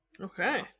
okay